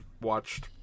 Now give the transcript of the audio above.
watched